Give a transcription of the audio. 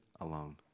alone